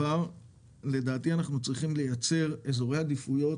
לדעתי אנחנו גם צריכים לייצר אזורי עדיפויות